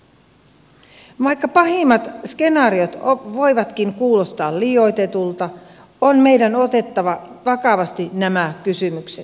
vaikka pahimmat skenaariot voivatkin kuulostaa liioitelluilta on meidän otettava vakavasti nämä kysymykset